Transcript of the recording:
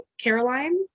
caroline